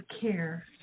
care